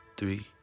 Three